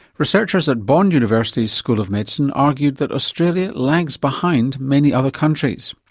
researchers at bond university's school of medicine argued that australia lags behind many other countries.